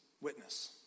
witness